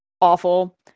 Awful